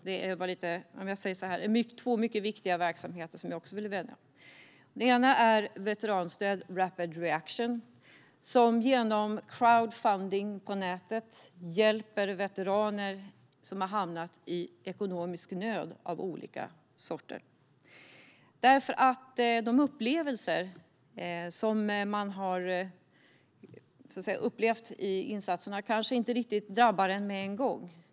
Det är två mycket viktiga verksamheter som jag också vill nämna. En av dem är Veteranstöd Rapid Reaction, som genom crowdfunding på nätet hjälper veteraner som har hamnat i ekonomisk nöd av olika skäl. De upplevelser som man har haft i insatserna kanske inte riktigt drabbar en på en gång.